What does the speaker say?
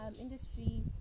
industry